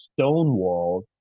stonewalled